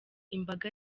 imbaga